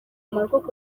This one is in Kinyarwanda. umwanzuro